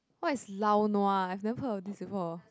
what's lao nua I never heard of this before